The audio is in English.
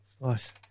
Nice